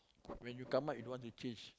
when you come out you don't want to change